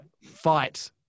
fight